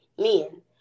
men